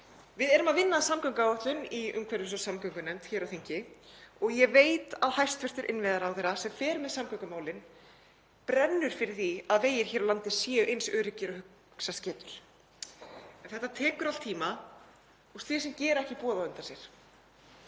Við erum að vinna að samgönguáætlun í umhverfis- og samgöngunefnd hér á þingi og ég veit að hæstv. innviðaráðherra sem fer með samgöngumálin brennur fyrir því að vegir hér á landi séu eins öruggir og hugsast getur. En þetta tekur allt tíma og slysin gera ekki boð á undan sér.